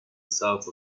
south